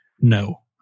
No